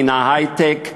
מן ההיי-טק,